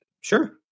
Sure